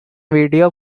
video